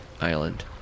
Island